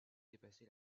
dépassé